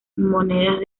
monedas